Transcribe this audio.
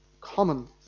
common